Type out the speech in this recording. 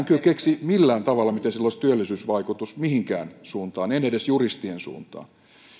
kyllä keksi millään tavalla miten sillä olisi työllisyysvaikutus mihinkään suuntaan edes juristien suuntaan